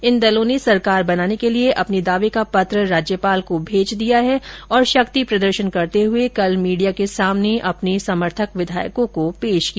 इन दलों ने सरकार बनाने के लिए अपने दावे का पत्र राज्यपाल को भेज दिया है और शक्ति प्रदर्शन करते हुए कल मीडिया के सामने अपने समर्थक विधायकों को पेश किया